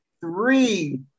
three